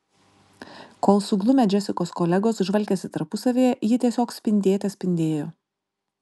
kol suglumę džesikos kolegos žvalgėsi tarpusavyje ji tiesiog spindėte spindėjo